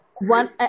One